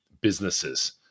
businesses